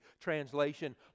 Translation